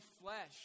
flesh